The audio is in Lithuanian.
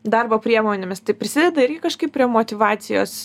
darbo priemonėmis tai prisideda irgi kažkaip prie motyvacijos